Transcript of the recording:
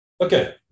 okay